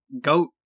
goat